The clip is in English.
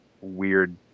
weird